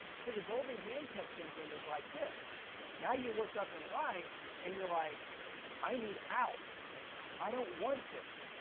so the golden handcuffs syndrome is like this now you look up in life and you're like i need out i don't want this.